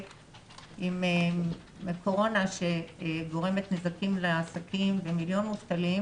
עם הקורונה שגורמת נזקים לעסקים ויש מיליון מובטלים.